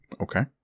Okay